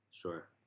sure